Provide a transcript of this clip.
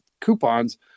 coupons